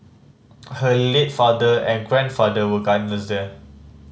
her late father and grandfather were gardeners there